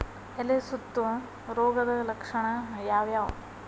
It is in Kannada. ಎಲೆ ಸುತ್ತು ರೋಗದ ಲಕ್ಷಣ ಯಾವ್ಯಾವ್?